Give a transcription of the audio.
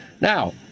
Now